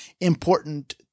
important